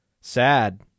Sad